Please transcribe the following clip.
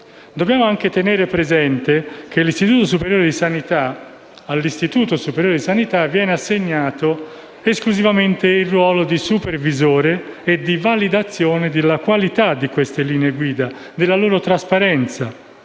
Dobbiamo altresì tenere presente che all'Istituto superiore di sanità viene assegnato esclusivamente il ruolo di supervisore e di validazione della qualità delle linee guida e della loro trasparenza.